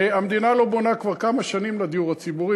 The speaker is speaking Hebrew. המדינה לא בונה כבר כמה שנים דיור ציבורי.